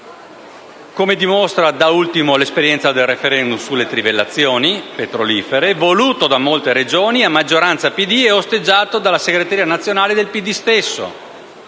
come dimostra da ultimo l'esperienza del *referendum* sulle trivellazioni petrolifere, voluto da molte Regioni a maggioranza PD e osteggiato dalla segreteria nazionale del PD stesso.